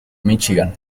míchigan